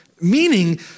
meaning